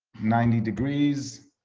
ninety degrees,